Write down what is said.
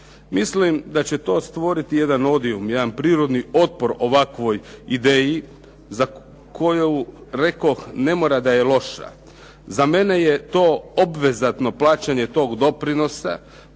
Mislim da će to stvoriti jedan odium, jedan prirodni otpor ovakvoj ideji za koju rekoh ne mora da je loša. Za mene je to obvezatno plaćanje tog doprinosa,